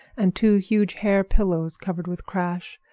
and two huge hair pillows covered with crash,